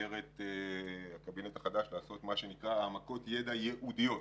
במסגרת הקבינט החדש לעשות העמקות ידע ייעודיות,